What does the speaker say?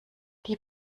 die